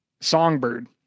songbird